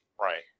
Right